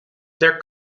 their